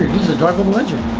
is a drivable engine.